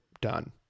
done